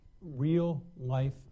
real-life